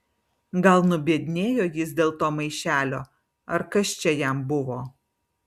gal nubiednėjo jis dėl to maišelio ar kas čia jam buvo